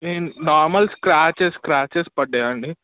నేను normal scratches scratches పడ్డాయి అండి